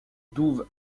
douves